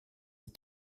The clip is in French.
des